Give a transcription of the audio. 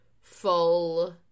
full